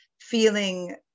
feeling